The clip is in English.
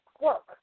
Work